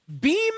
beam